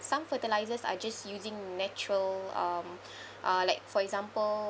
some fertilizers are just using natural um uh like for example